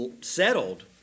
settled